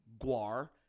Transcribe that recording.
Guar